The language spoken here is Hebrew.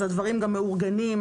אז הדברים גם מאורגנים.